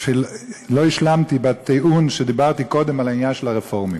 שלא השלמתי בטיעון שדיברתי קודם בעניין של הרפורמים.